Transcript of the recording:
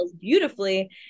beautifully